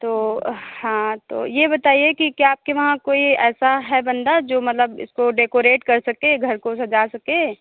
तो हाँ तो ये बताइए कि क्या आपके वहाँ कोई ऐसा है बंदा जो मतलब इसको डेकोरेट कर सके घर को सजा सके